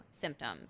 symptoms